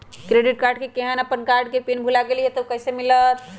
Credit card केहन अपन card के पिन भुला गेलि ह त उ कईसे मिलत?